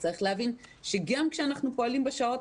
צריך להבין שגם כשאנחנו פועלים בשעות